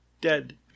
dead